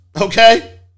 okay